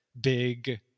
big